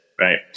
Right